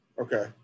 okay